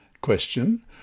Question